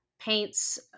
paints